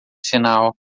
sinal